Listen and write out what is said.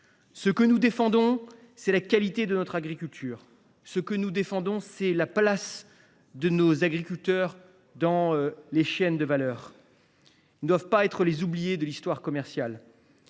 Ce que nous défendons, c’est la qualité de notre agriculture. Ce que nous défendons, c’est la place de nos agriculteurs dans les chaînes de valeur. Ces derniers ne doivent pas être les oubliés de l’histoire commerciale.